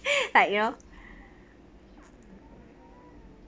like you know